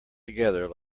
together